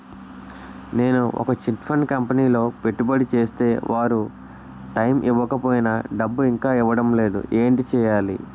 నేను ఒక chit fund కంపెనీలో పెట్టుబడి చేస్తే వారు టైమ్ ఇవ్వకపోయినా డబ్బు ఇంకా ఇవ్వడం లేదు ఏంటి చేయాలి?